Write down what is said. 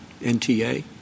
NTA